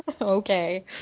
Okay